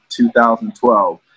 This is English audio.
2012